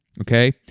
okay